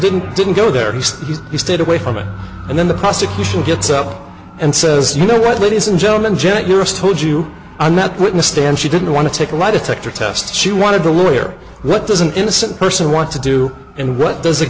didn't didn't go there he's just he stayed away from it and then the prosecution gets up and says you know what ladies and gentlemen jet juris told you i'm not witness stand she didn't want to take a lie detector test she wanted to lawyer what does an innocent person want to do and what does a